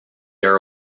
are